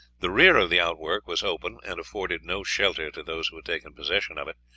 the rear of the outwork was open and afforded no shelter to those who had taken possession of it,